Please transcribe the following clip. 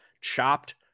chopped